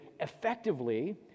effectively